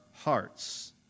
hearts